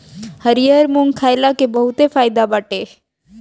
हरिहर मुंग खईला के बहुते फायदा बाटे